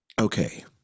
Okay